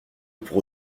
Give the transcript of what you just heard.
pour